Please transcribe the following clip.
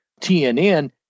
TNN